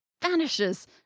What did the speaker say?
vanishes